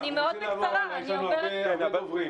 יש לנו הרבה דוברים.